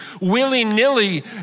willy-nilly